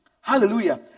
Hallelujah